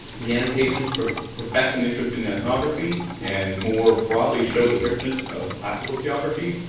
the annotations profess an interest in ethnography and more broadly show the richness of classical geography.